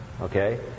Okay